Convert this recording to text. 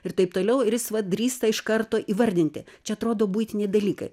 ir taip toliau ir jis vat drįsta iš karto įvardinti čia atrodo buitiniai dalykai